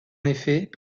effet